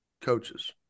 coaches